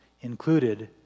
included